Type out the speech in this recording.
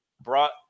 brought